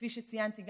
כפי שציינתי,